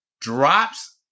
drops